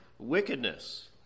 wickedness